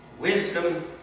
wisdom